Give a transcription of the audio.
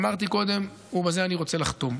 אמרתי קודם, ובזה אני רוצה לחתום,